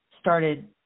started